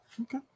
Okay